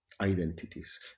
identities